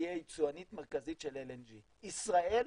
תהיה יצואנית מרכזית של LNG. ישראל,